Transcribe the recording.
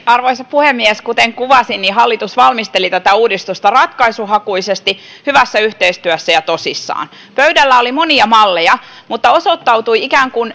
arvoisa puhemies kuten kuvasin hallitus valmisteli tätä uudistusta ratkaisuhakuisesti hyvässä yhteistyössä ja tosissaan pöydällä oli monia malleja mutta osoittautui ikään kuin